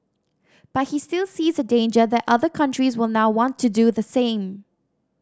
but he still sees a danger that other countries will now want to do the same